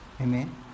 Amen